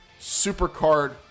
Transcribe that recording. Supercard